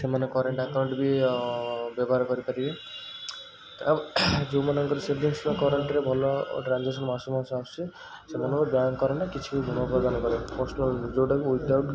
ସେମାନେ current account ବି ବ୍ୟବହାର କରିପାରିବେ ଓ ଯେଉଁମାନଙ୍କର ସେଭିଙ୍ଗ୍ସ୍ ବା କରେଣ୍ଟ୍ରେ ଭଲ ଟ୍ରାଞ୍ଜାକ୍ସନ୍ ମାସକୁ ମାସ ଆସୁଛି ସେମାନଙ୍କୁ ବ୍ୟାଙ୍କ୍ କରେ ନା କିଛି ଋଣ ପ୍ରଦାନ କରେ ପର୍ଶନାଲ୍ ଯେଉଁଟାକି ଉଇଦାଉଟ୍